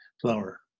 flower